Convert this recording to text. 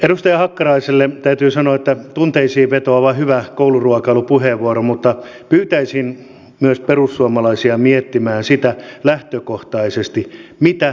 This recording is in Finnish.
edustaja hakkaraiselle täytyy sanoa että tunteisiin vetoava hyvä kouluruokailupuheenvuoro mutta pyytäisin myös perussuomalaisia miettimään lähtökohtaisesti sitä mitä lapsesi syö